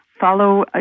Follow